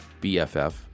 BFF